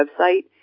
website